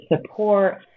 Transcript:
support